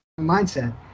mindset